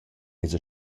esa